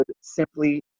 simply